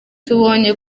tubonye